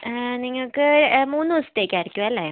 നിങ്ങൾക്ക് മൂന്ന് ദിവസത്തേക്കായിരിക്കും അല്ലേ